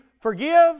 forgive